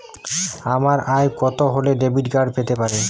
আমার আয় কত হলে ডেবিট কার্ড পেতে পারি?